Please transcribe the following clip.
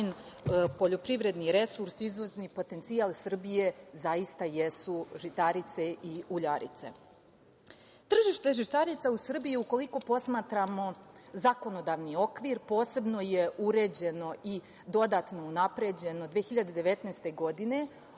poljoprivredni resurs, izvozni potencijal Srbije zaista jesu žitarica i uljarice.Tržište žitarica u Srbiji, ukoliko posmatramo zakonodavni okvir, posebno je uređeno i dodatno unapređeno 2019. godine,